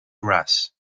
grass